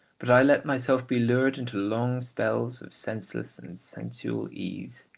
but i let myself be lured into long spells of senseless and sensual ease.